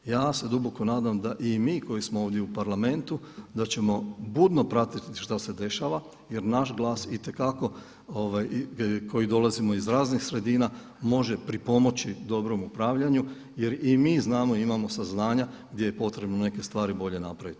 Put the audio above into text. Ja se duboko nadam da i mi koji smo ovdje u Parlamentu da ćemo budno pratiti šta se dešava jer naš glas itekako koji dolazimo iz raznih sredina može pripomoći dobrom upravljanju jer i mi znamo i imamo saznanja gdje je potrebno neke stvari bolje napraviti.